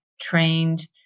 trained